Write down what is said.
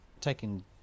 taking